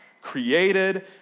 created